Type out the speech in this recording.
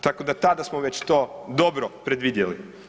Tako da tada smo već to dobro predvidjeli.